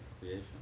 creation